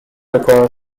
require